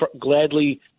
gladly